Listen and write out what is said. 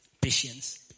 Patience